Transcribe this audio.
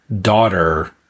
daughter